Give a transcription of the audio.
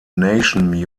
nation